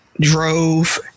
drove